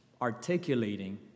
articulating